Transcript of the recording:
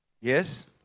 Yes